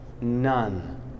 None